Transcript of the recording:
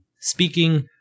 speaking